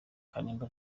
kalimba